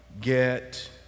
Get